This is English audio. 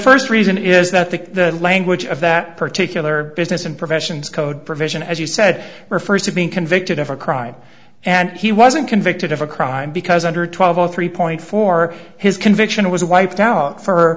first reason is that the language of that particular business and professions code provision as you said refers to being convicted of a crime and he wasn't convicted of a crime because under twelve zero three point four his conviction was wiped out for